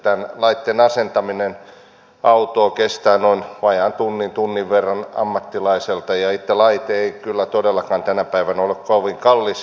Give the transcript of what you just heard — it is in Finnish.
tämän laitteen asentaminen autoon kestää noin vajaan tunnin tunnin verran ammattilaiselta ja itse laite ei kyllä todellakaan tänä päivänä ole kovin kallis